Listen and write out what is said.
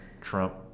Trump